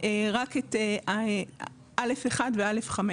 רק את א.1 ו-א.5,